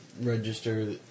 register